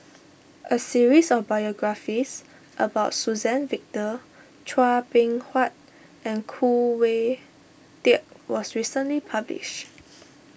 a series of biographies about Suzann Victor Chua Beng Huat and Khoo Oon Teik was recently published